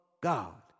God